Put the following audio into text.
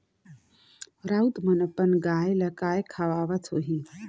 राउत मन अपन गाय ल काय खवावत होहीं